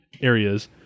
areas